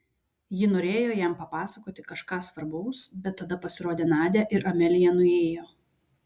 ji norėjo jam papasakoti kažką svarbaus bet tada pasirodė nadia ir amelija nuėjo